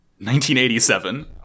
1987